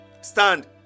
stand